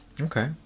okay